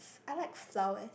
I like flowers